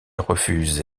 refuse